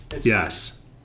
Yes